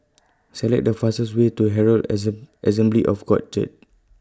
Select The fastest Way to Herald Assembly of God Church